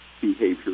behavior